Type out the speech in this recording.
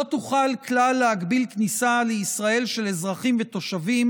לא תוכל כלל להגביל כניסה לישראל של אזרחים ותושבים